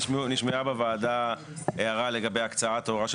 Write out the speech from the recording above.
נשמעה בוועדה הערה לגבי הקצאת --- של